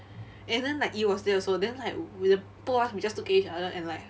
and then like E was there also then like we both of us we just look at each other and like